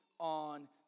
On